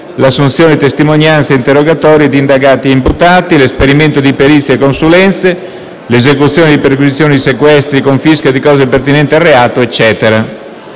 l'assunzione di testimonianze e interrogatori di indagati e imputati, l'esperimento di perizie e consulenze, l'esecuzione di perquisizioni, sequestri e confische di cose pertinenti al reato. Infine,